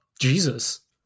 Jesus